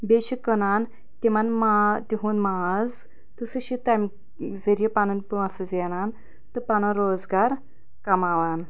بیٚیہِ چھُ کٕنان تِمَن ماز تِہُنٛد ماز تہٕ سُہ چھُ تَمہِ ذٔریعہِ پَنُن پۅنٛسہٕ زینان تہٕ پَنُن روزگار کَماوان